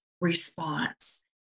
response